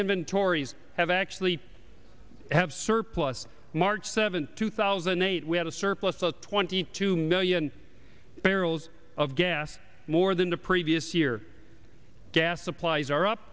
inventories have actually have surplus march seventh two thousand and eight we had a surplus of twenty two million barrels of gas more than the previous year gas supplies are up